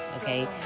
okay